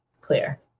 clear